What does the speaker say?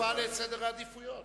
להיות שותפה לסדר העדיפויות.